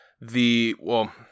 the—well